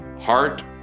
heart